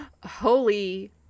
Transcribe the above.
Holy